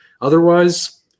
otherwise